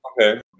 Okay